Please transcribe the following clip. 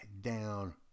down